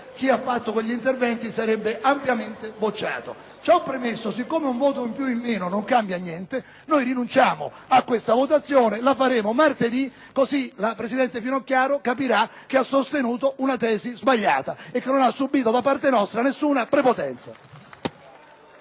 chi ha pronunciato quegli interventi verrebbe ampiamente bocciato. Ciò premesso, siccome un voto in più o in meno non cambia niente, noi rinunciamo a questa votazione, la faremo martedì, così la presidente Finocchiaro capirà che ha sostenuto una tesi sbagliata e che non ha subito, da parte nostra, alcuna prepotenza.